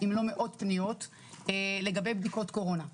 אם לא מאות פניות לגבי בדיקות קורונה.